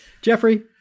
Jeffrey